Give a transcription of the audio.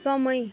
समय